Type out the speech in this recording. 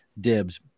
Dibs